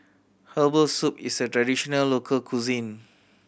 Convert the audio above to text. herbal soup is a traditional local cuisine